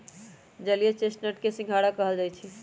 जलीय चेस्टनट के सिंघारा कहल जाई छई